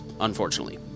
unfortunately